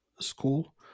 school